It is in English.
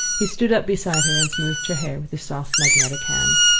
he stood up beside her and smoothed her hair with his soft, magnetic hand.